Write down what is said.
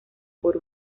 por